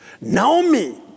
Naomi